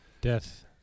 Death